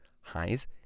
Highs